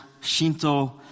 Shinto